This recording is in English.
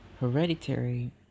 hereditary